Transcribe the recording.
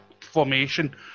formation